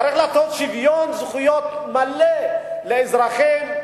צריך לעשות שוויון זכויות מלא לאזרחים,